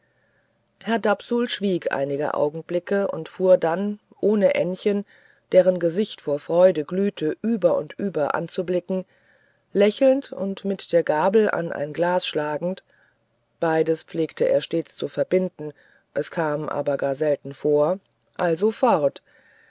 herr dapsul schwieg einige augenblicke und fuhr dann ohne ännchen deren gesicht vor freude glühte über und über anzublicken lächelnd und mit der gabel an sein glas schlagend beides pflegte er stets zu verbinden es kam aber gar selten vor also fort